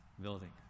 Building